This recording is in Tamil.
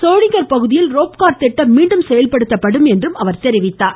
சோளிங்கர் பகுதியில் ரோப்கார் திட்டம் மீண்டும் செயல்படுத்தப்படும் என்றும் அவர் கூறினார்